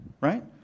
right